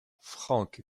frank